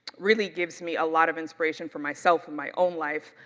really gives me a lot of inspiration for myself in my own life.